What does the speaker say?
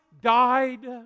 died